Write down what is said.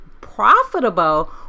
profitable